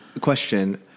question